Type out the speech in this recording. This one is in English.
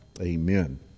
Amen